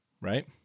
right